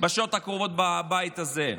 פה בשעות הקרובות בבית הזה.